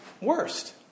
worst